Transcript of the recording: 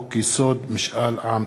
והצעת חוק-יסוד: משאל עם.